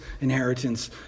inheritance